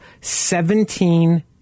seventeen